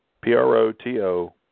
P-R-O-T-O